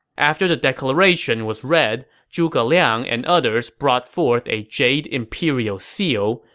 after the declaration was read, zhuge liang and others brought forth a jade imperial seal,